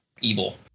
evil